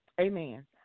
Amen